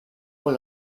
con